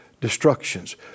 destructions